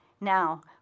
now